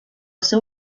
seu